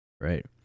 right